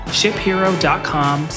shiphero.com